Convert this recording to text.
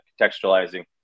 contextualizing